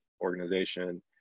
organization